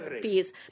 peace